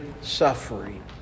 suffering